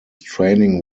training